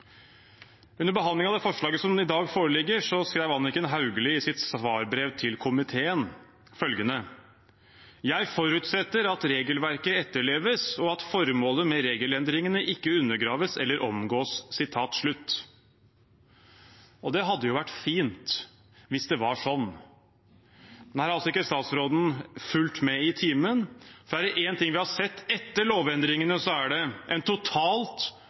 Under behandlingen av forslaget som i dag foreligger, skrev Anniken Hauglie i sitt svarbrev til komiteen: «Jeg forutsetter at regelverket etterleves, og at formålet med regelendringene ikke undergraves eller omgås.» Det hadde jo vært fint hvis det var sånn. Men her har altså ikke statsråden fulgt med i timen, for er det én ting vi har sett etter lovendringene, er det en totalt